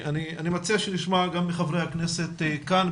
אני מציע שנשמע גם מחברי הכנסת כאן.